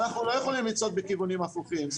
אנחנו לא יכולים לצעוד בכיוונים הפוכים,